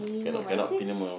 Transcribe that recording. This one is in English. cannot cannot minimum